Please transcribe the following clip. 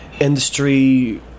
industry